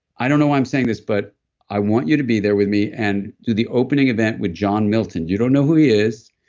i don't know why i'm saying this, but i want you to be there with me, and do the opening event with john milton. you don't know who he is,